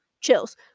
chills